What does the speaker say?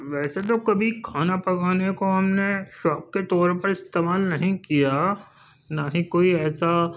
ویسے تو کبھی کھانا پکانے کو ہم نے شوق کے طور پر استعمال نہیں کیا نہ ہی کوئی ایسا